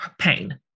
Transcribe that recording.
pain